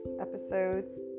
Episodes